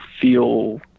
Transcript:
feel